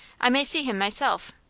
i may see him myself.